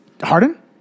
Harden